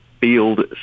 Field